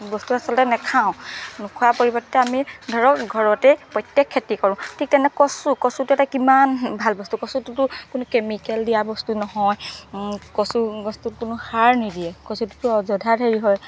বস্তু আচলতে নাখাওঁ নোখোৱা পৰিৱৰ্তে আমি ধৰক ঘৰতেই প্ৰত্যেক খেতি কৰোঁ ঠিক তেনে কচু কচুটো এটা কিমান ভাল বস্তু কচুটোতো কোনো কেমিকেল দিয়া বস্তু নহয় কচু গছটোত কোনো সাৰ নিদিয়ে কচুটোতো হেৰি হয়